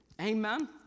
Amen